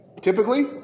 Typically